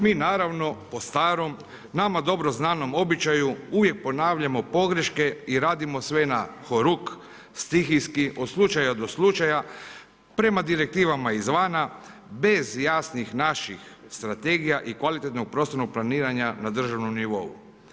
Mi naravno, po starom, nama dobro znanom običaju, uvijek ponavljamo pogreške i radimo sve na horuk, stihijski, od slučaja do slučaja, prema direktivama izvana, bez jasnih naših strategija i kvalitetnog prostornog planiranja na državnom nivou.